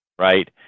right